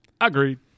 Agreed